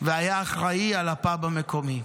והיה אחראי לפאב המקומי.